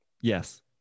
Yes